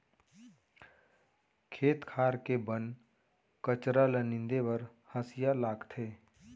खेत खार के बन कचरा ल नींदे बर हँसिया लागथे